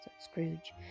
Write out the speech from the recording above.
Scrooge